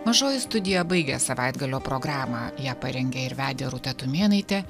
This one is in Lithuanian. mažoji studija baigė savaitgalio programą ją parengė ir vedė rūta tumėnaitė